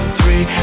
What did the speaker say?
three